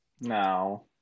No